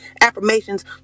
affirmations